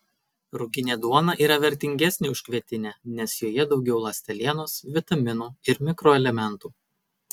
ruginė duona yra vertingesnė už kvietinę nes joje daugiau ląstelienos vitaminų ir mikroelementų